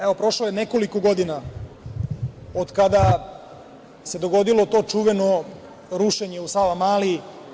Evo, prošlo je nekoliko godina od kada se dogodilo to čuveno rušenje u Savamali.